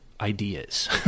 ideas